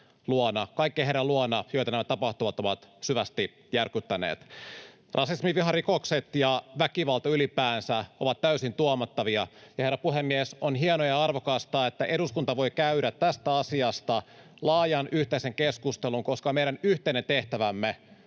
kaikkien heidän luona, joita nämä tapahtumat ovat syvästi järkyttäneet. Rasismiviharikokset ja väkivalta ylipäänsä ovat täysin tuomittavia. Ja, herra puhemies, on hienoa ja arvokasta, että eduskunta voi käydä tästä asiasta laajan yhteisen keskustelun, koska on meidän yhteinen tehtävämme